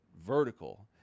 vertical